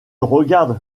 regarde